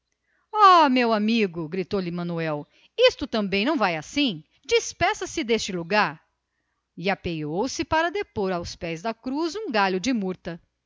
meu amigo gritou-lhe o tio isto também não vai assim despeça-se deste lugar e apeou-se para depor aos pés da cruz um galho de murta